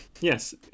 Yes